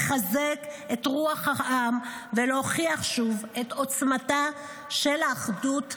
לחזק את רוח העם ולהוכיח שוב את עוצמתה של האחדות הישראלית.